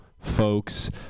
folks